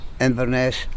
Inverness